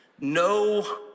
no